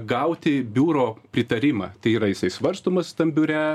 gauti biuro pritarimą tai yra jisai svarstomas tam biure